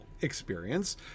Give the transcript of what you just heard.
experience